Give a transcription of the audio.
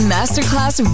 Masterclass